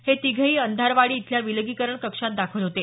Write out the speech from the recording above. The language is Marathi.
हे तिघेही अंधारवाडी इथल्या विलगीकरण कक्षात दाखल होते